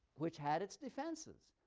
which had its defenses.